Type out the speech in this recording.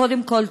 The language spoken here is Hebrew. קודם כול,